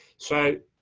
so,